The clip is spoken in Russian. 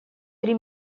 три